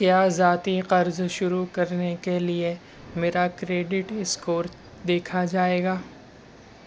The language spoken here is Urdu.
کیا ذاتی قرض شروع کرنے کے لیے میرا کریڈٹ اسکور دیکھا جائے گا